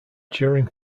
during